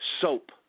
soap